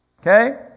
okay